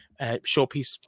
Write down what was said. showpiece